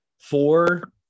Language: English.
four